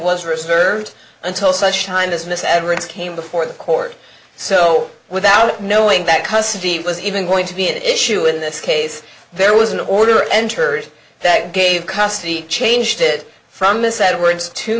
was reserved until such time as miss edwards came before the court so without knowing that custody was even going to be an issue in this case there was an order entered that gave custody changed it from a set of words to